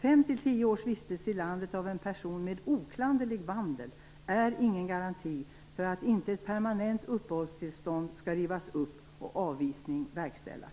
Fem till tio års vistelse i landet för en person med oklanderlig vandel är ingen garanti för att inte ett permanent uppehållstillstånd skall rivas upp och avvisning verkställas.